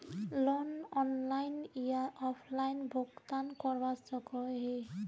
Loan online या offline भुगतान करवा सकोहो ही?